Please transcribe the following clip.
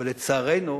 אבל, לצערנו,